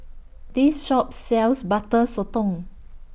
This Shop sells Butter Sotong